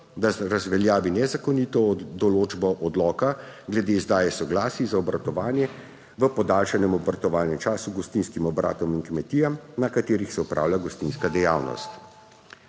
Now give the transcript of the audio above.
da razveljavi nezakonito določbo odloka glede izdaje soglasij za obratovanje v podaljšanem obratovalnem času gostinskim obratom in kmetijam, na katerih se opravlja gostinska dejavnost.